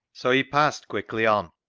so he passed quickly on,